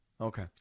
Okay